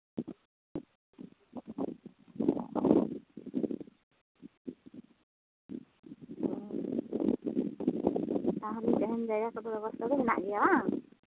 ᱚ ᱛᱟᱦᱞᱮ ᱛᱟᱦᱮᱱ ᱡᱟᱭᱜᱟ ᱠᱚᱫᱚ ᱵᱮᱵᱚᱥᱛᱟ ᱫᱚ ᱢᱮᱱᱟᱜ ᱜᱮᱭᱟ ᱵᱟᱝ